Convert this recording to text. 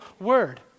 word